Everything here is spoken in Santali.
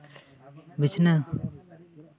ᱵᱤᱪᱷᱱᱟᱹ